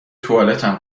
توالتم